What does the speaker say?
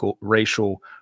racial